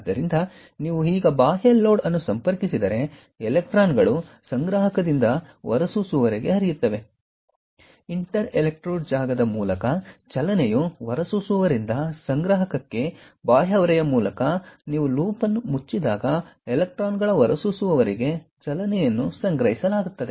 ಆದ್ದರಿಂದ ನೀವು ಈಗ ಬಾಹ್ಯ ಲೋಡ್ ಅನ್ನು ಸಂಪರ್ಕಿಸಿದರೆ ಎಲೆಕ್ಟ್ರಾನ್ಗಳು ಸಂಗ್ರಾಹಕದಿಂದ ಹೊರಸೂಸುವವರಿಗೆ ಹರಿಯುತ್ತವೆ ಇಂಟರ್ ಎಲೆಕ್ಟ್ರೋಡ್ ಜಾಗದ ಮೂಲಕ ಚಲನೆಯು ಹೊರಸೂಸುವವರಿಂದ ಸಂಗ್ರಾಹಕಕ್ಕೆ ಬಾಹ್ಯ ಹೊರೆಯ ಮೂಲಕ ನೀವು ಲೂಪ್ ಅನ್ನು ಮುಚ್ಚಿದಾಗ ಎಲೆಕ್ಟ್ರಾನ್ಗಳ ಹೊರಸೂಸುವವರಿಗೆ ಚಲನೆಯನ್ನು ಸಂಗ್ರಹಿಸಲಾಗುತ್ತದೆ